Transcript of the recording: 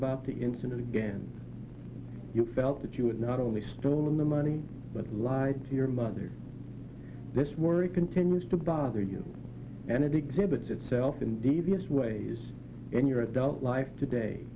about the incident again and you felt that you would not only stolen the money lied to your mother this worry continues to bother you and it exhibits itself in devious ways in your adult life today